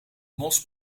mos